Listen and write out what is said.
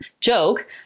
joke